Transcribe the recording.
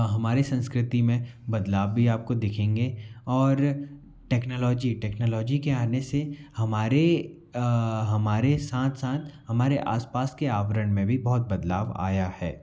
हमारे संस्कृति में बदलाव भी आप को दिखेंगे और टेक्नोलॉजी टेक्नोलॉजी के आने से हमारे हमारे साथ साथ हमारे आस पास के आवरण में भी बहुत बदलाव आया है